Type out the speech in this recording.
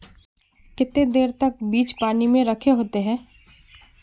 केते देर तक बीज पानी में रखे होते हैं?